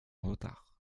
retard